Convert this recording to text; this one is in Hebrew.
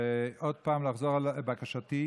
עוד פעם לחזור על בקשתי,